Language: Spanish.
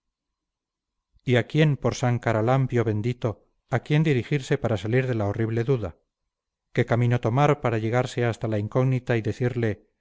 y a quién por san caralampio bendito a quién dirigirse para salir de la horrible duda qué camino tomar para llegarse hasta la incógnita y decirle